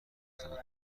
پسند